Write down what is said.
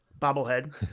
bobblehead